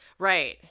Right